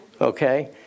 Okay